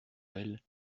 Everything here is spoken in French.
elle